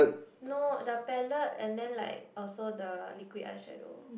no the palette and then like also the liquid eye shadow